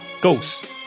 Ghost